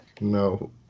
No